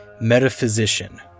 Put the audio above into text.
Metaphysician